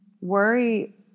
Worry